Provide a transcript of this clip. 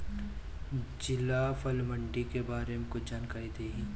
जिला फल मंडी के बारे में कुछ जानकारी देहीं?